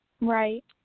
Right